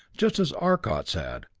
just as arcot's had.